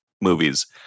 movies